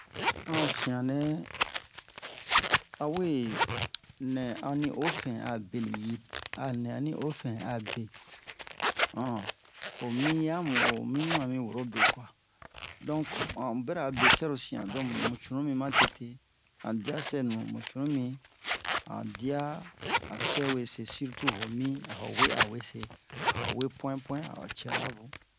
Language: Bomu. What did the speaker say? Han a sian nɛ awe nɛ a ni ofɛn a beni yi a nɛ ani ofɛn a be um ho mi yamu o ho mi un ma mi woro be kwa donk han bɛrɛ a besɛro sian donk mu cunu mi ma tete han dia sɛnu mu cunu mi han dia a sɛ wese sirtu ho mi a'o we a wese a'o we pu'in pu'in a'o cɛra bun